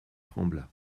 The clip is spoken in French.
trembla